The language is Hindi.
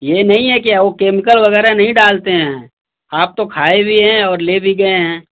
ये नहीं है कि वो केमिकल वगैरह नहीं डालते हैं आप तो खाए भी हैं ले भी गए हैं